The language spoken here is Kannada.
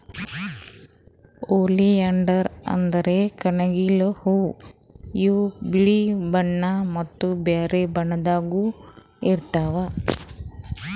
ಓಲಿಯಾಂಡರ್ ಅಂದ್ರ ಕಣಗಿಲ್ ಹೂವಾ ಇವ್ ಬಿಳಿ ಬಣ್ಣಾ ಮತ್ತ್ ಬ್ಯಾರೆ ಬಣ್ಣದಾಗನೂ ಇರ್ತವ್